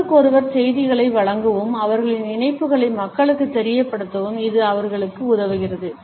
ஒருவருக்கொருவர் செய்திகளை வழங்கவும் அவர்களின் இணைப்புகளை மக்களுக்கு தெரியப்படுத்தவும் இது அவர்களுக்கு உதவுகிறது